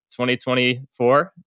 2024